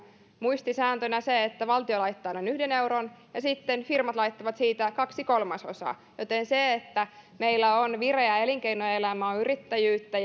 muistisääntönä on se että valtio laittaa noin yhden euron ja sitten firmat laittavat kaksi kolmasosaa joten se että meillä on vireä elinkeinoelämä yrittäjyyttä